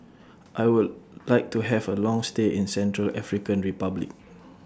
I Would like to Have A Long stay in Central African Republic